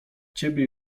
ciebie